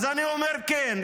אז אני אומר אם כן,